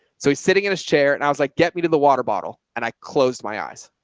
so he's sitting in his chair and i was like, get me to the water bottle. and i closed my eyes.